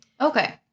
okay